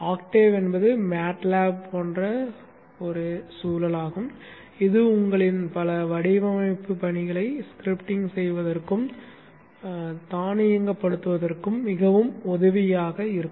Octave என்பது MATLAB போன்ற சூழலாகும் இது உங்களின் பல வடிவமைப்புப் பணிகளை ஸ்கிரிப்டிங் செய்வதற்கும் தானியங்குபடுத்துவதற்கும் மிகவும் உதவியாக இருக்கும்